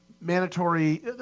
mandatory –